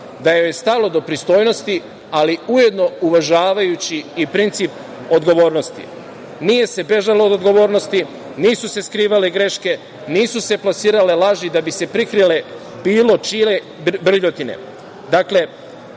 da joj je stalo do pristojnosti, ali ujedno uvažavajući i princip odgovornosti. Nije se bežalo od odgovornosti, nisu se skrivale greške, nisu se plasirale laži da bi se prikrile bilo čije brljotine. Dakle,